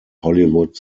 hollywood